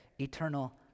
eternal